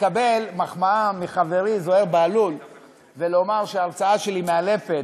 לקבל מחמאה מחברי זוהיר בהלול ולומר שההרצאה שלי מאלפת,